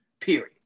Period